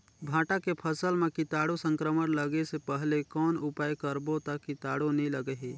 भांटा के फसल मां कीटाणु संक्रमण लगे से पहले कौन उपाय करबो ता कीटाणु नी लगही?